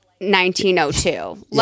1902